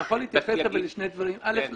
אתה יכול להתייחס לשני דברים אל"ף,